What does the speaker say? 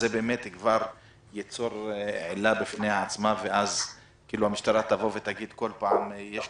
אז זה כבר ייצור עילה בפני עצמה ואז המשטרה תגיד כל פעם שיש